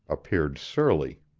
appeared surly.